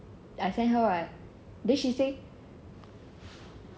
I sent her right then she say